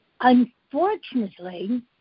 Unfortunately